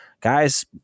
guys